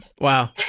Wow